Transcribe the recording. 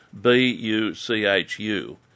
B-U-C-H-U